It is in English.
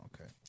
Okay